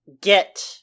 get